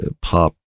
pop